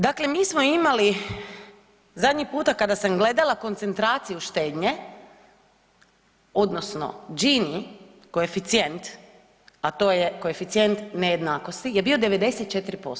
Dakle, mi smo imali zadnji puta kada sam gledala koncentraciju štednje odnosno Gini koeficijent, a to je koeficijent nejednakosti je bio 94%